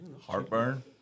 Heartburn